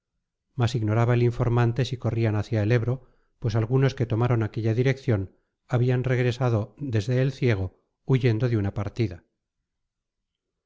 mas ignoraba el informante si corrían hacia el ebro pues algunos que tomaron aquella dirección habían regresado desde el ciego huyendo de una partida